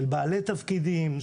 של בעלי תפקידים,